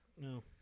No